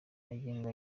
magingo